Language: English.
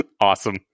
awesome